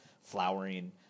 flowering